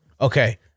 Okay